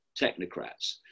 technocrats